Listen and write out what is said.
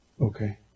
Okay